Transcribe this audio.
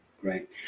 great